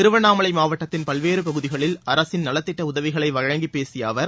திருவண்ணாமலை மாவட்டத்தின் பல்வேறு பகுதிகளில் அரசின் நலத்திட்ட உதவிகளை வழங்கிப் பேசிய அவர்